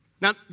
Now